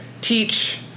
teach